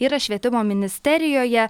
yra švietimo ministerijoje